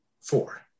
Four